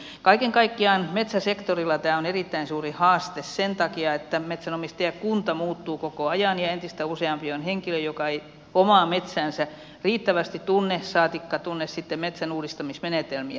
kaiken kaikkiaan metsäsektorilla tämä on erittäin suuri haaste sen takia että metsänomistajakunta muuttuu koko ajan ja on entistä useampi henkilö joka ei omaa metsäänsä riittävästi tunne saatikka tunne sitten metsänuudistamismenetelmiä